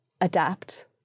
adapt